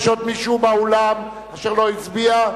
יש עוד מישהו באולם שלא הצביע?